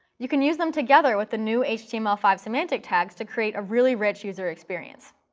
you can use them together with the new h t m l five semantic tags to create a really rich user experience.